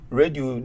radio